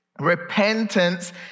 repentance